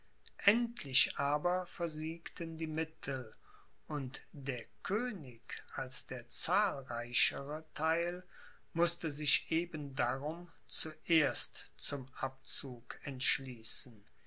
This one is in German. endlich aber versiegten die mittel und der könig als der zahlreichere theil mußte sich eben darum zuerst zum abzug entschließen